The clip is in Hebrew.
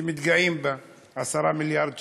שמתגאים בה: 10 מיליארד שקל.